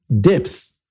depth